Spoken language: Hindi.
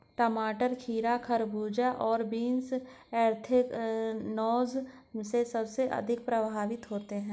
टमाटर, खीरा, खरबूजे और बीन्स एंथ्रेक्नोज से सबसे अधिक प्रभावित होते है